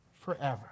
forever